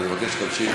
זה נראה לך מכובד?